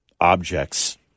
objects